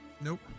Nope